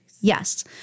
Yes